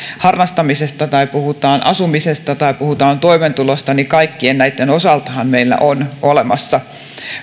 harrastamisesta tai puhutaan asumisesta tai puhutaan toimeentulosta niin kaikkien näitten osaltahan meillä on olemassa